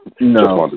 No